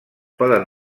poden